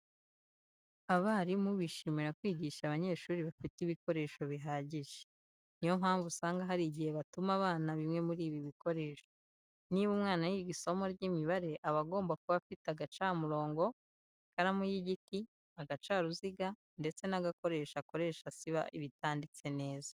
Abarimu bishimira kwigisha abanyeshuri bafite ibikoresho bihagije. Ni yo mpamvu usanga hari igihe batuma abana bimwe muri ibi bikoresho. Niba umwana yiga isomo ry'imibare aba agomba kuba afite agacamurongo, ikaramu y'igiti, agacaruziga ndetse n'agakoresho akoresha asiba ibitanditse neza.